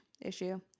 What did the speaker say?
issue